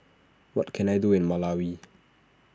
what can I do in Malawi